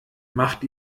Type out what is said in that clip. macht